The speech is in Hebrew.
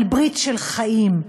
על ברית של חיים,